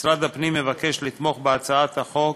משרד הפנים מבקש לתמוך בהצעת החוק,